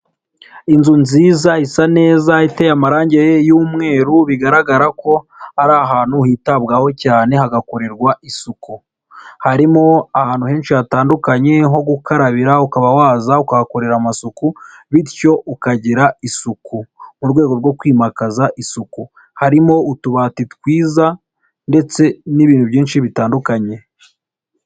Inzu nziza isa neza iteye amarangi y'umweru bigaragara ko ari ahantu hitabwaho cyane hagakorerwa isuku. Harimo ahantu henshi hatandukanye ho gukarabira ukaba waza ukahakorera amasuku bityo ukagira isuku mu rwego rwo kwimakaza isuku. Harimo utubati twiza ndetse n'ibintu byinshi bitandukanye.